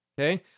Okay